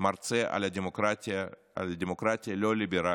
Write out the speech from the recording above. מרצה על הדמוקרטיה, על דמוקרטיה לא ליברלית.